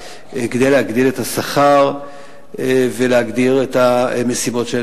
כדי להגדיל את השכר ולהגדיר את המשימות שלהם.